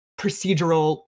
procedural